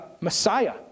Messiah